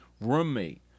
Roommate